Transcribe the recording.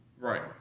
Right